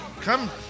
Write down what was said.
Come